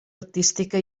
artística